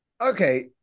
Okay